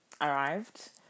arrived